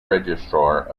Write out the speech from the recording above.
registrar